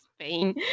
Spain